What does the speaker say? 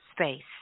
space